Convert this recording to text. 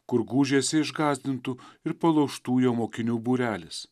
kur gūžėsi išgąsdintų ir palaužtų jo mokinių būrelis